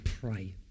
pray